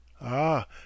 Ah